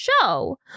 show